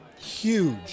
huge